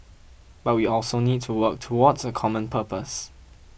but we also need to work towards a common purpose